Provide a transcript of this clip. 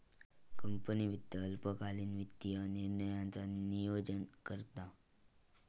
company वित्त अल्पकालीन वित्तीय निर्णयांचा नोयोजन करता